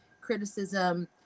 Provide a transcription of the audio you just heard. criticism